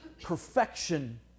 perfection